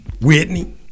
Whitney